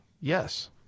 Yes